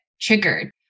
triggered